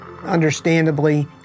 Understandably